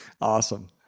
awesome